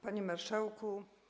Panie Marszałku!